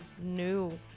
new